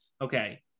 okay